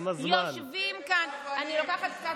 נגד סרבנות, לא נגד טייסים.